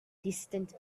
distant